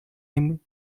him